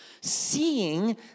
seeing